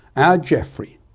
our geoffrey,